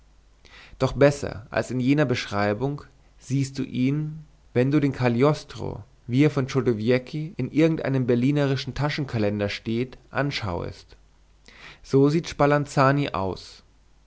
doch besser als in jeder beschreibung siehst du ihn wenn du den cagliostro wie er von chodowiecki in irgend einem berlinischen taschenkalender steht anschauest so sieht spalanzani aus